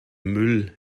müll